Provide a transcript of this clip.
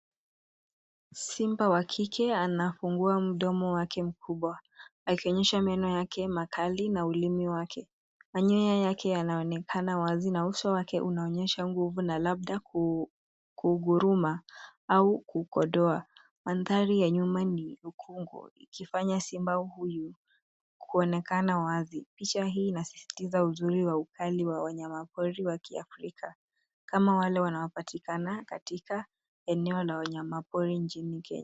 Simba wakike anafungua mdomo wake mkubwa. Akionyesha meno yake makali na ulimi wake. Manyoya yake yanaonekana wazi na uso wake unaonyesha nguvu na labda kuguruma au kukodoa. Mandhari ya nyuma ni lukungo ikfanya simba huyu kuonekana wazi. Picha hii inasistiza uzuri wa ukali wa wanyama pori waki Afrika. Kama wale wanapatikana katika eneo la wanyama pori nchini Kenya.